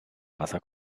wasser